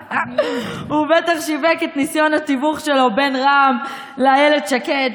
הוא בטח שיווק את ניסיון התיווך שלו בין רע"מ לאילת שקד.